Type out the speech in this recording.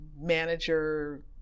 manager